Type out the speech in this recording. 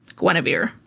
Guinevere